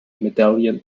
medallion